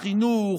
החינוך,